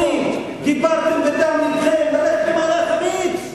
דיברתם בדם לבכם ללכת למהלך אמיץ.